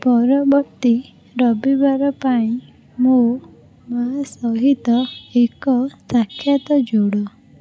ପରବର୍ତ୍ତୀ ରବିବାର ପାଇଁ ମୋ ମା' ସହିତ ଏକ ସାକ୍ଷାତ ଯୋଡ